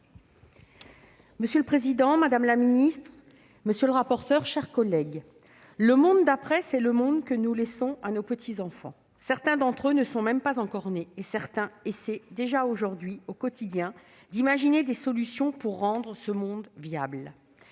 Monsieur le président, madame la ministre, mes chers collègues, le monde d'après, c'est le monde que nous laissons à nos petits-enfants. Certains d'entre eux ne sont même pas encore nés. Certains essaient déjà aujourd'hui, au quotidien, d'imaginer des solutions pour rendre ce monde viable.